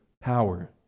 power